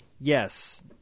Yes